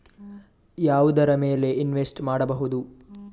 ಯಾವುದರ ಮೇಲೆ ಇನ್ವೆಸ್ಟ್ ಮಾಡಬಹುದು?